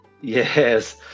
yes